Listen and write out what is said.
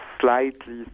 slightly